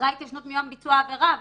אחרי ההתיישנות מיום ביצוע העבירה,